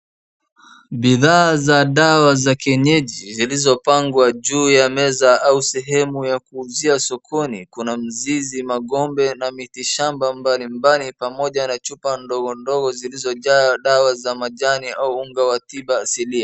Bidhaa za dawa za kienyeji zilizopangwa juu ya meza au sehemu ya kuuzia sokoni. Kuna mizizi magombe na miti shamba mbalimbali pamoja na chupa ndogo ndogo zilizo jaa dawa za majani au unga wa tiba asilia.